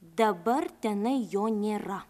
dabar tenai jo nėra